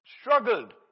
Struggled